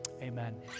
amen